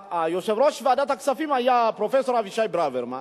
יושב-ראש ועדת הכספים היה פרופסור אבישי ברוורמן,